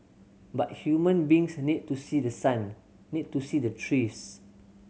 but human beings need to see the sun need to see the trees